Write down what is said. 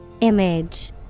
Image